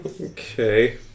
Okay